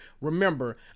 Remember